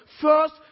first